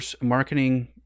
marketing